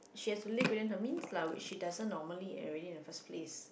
she has to leave whether her mean lah which she doesn't normally area at first place